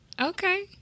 Okay